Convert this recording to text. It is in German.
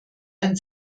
ein